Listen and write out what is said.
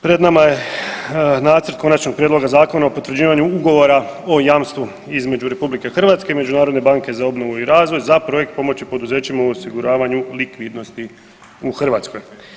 Pred nama je Nacrt konačnog prijedloga Zakona o potvrđivanju ugovora o jamstvu između RH i Međunarodne banke za obnovu i razvoj za projekt „Pomoći poduzećima u osiguravanju likvidnosti u Hrvatskoj“